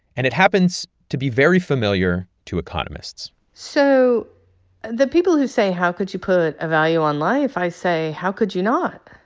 and it happens to be very familiar to economists so the people who say, how could you put a value on life, i say, how could you not?